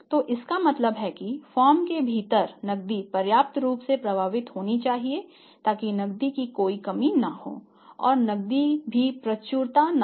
तो इसका मतलब है कि फर्म के भीतर नकदी पर्याप्त रूप से प्रवाहित होनी चाहिए ताकि नकदी की कोई कमी न हो और नकदी की भी प्रचुरता न हो